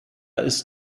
ist